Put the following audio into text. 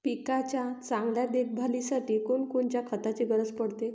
पिकाच्या चांगल्या देखभालीसाठी कोनकोनच्या खताची गरज पडते?